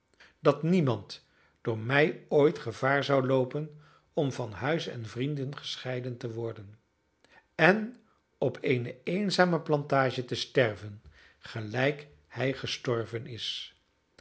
dat niemand door mij ooit gevaar zou loopen om van huis en vrienden gescheiden te worden en op eene eenzame plantage te sterven gelijk hij gestorven is